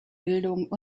bildung